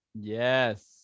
Yes